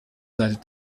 seite